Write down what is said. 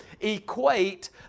equate